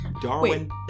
Darwin